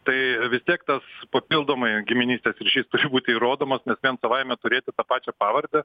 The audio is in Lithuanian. tai vis tiek tas papildomai giminystės ryšys turi būti įrodomas nes ten savaime turėti tą pačią pavardę